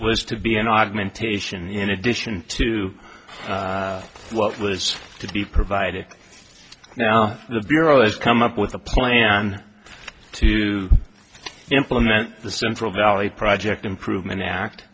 was to be an augmentation in addition to what was to be provided now the bureau has come up with a plan to implement the central valley project improvement act